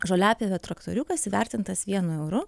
žoliapjovė traktoriukas įvertintas vienu euru